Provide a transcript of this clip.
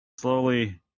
slowly